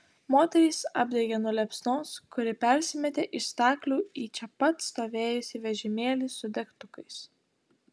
moterys apdegė nuo liepsnos kuri persimetė iš staklių į čia pat stovėjusį vežimėlį su degtukais